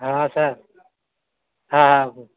হ্যাঁ হ্যাঁ স্যার হ্যাঁ হ্যাঁ